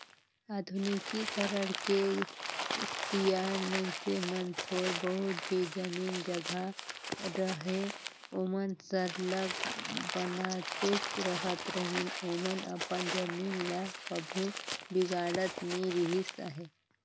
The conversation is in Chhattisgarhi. आधुनिकीकरन के सियान मइनसे मन थोर बहुत भी जमीन जगहा रअहे ओमन सरलग बनातेच रहत रहिन ओमन अपन जमीन ल कभू बिगाड़त नी रिहिस अहे